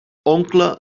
oncle